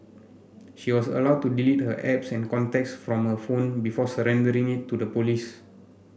she was allowed to delete her apps and contacts from her phone before surrendering it to the police